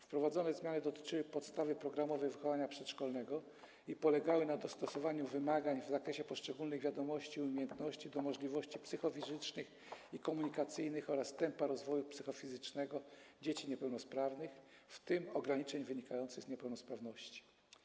Wprowadzone zmiany dotyczyły podstawy programowej wychowania przedszkolnego i polegały na dostosowaniu wymagań w zakresie poszczególnych wiadomości, umiejętności do możliwości psychofizycznych i komunikacyjnych oraz tempa rozwoju psychofizycznego dzieci niepełnosprawnych, w tym ograniczeń wynikających z niepełnosprawności.